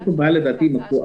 הקווטה.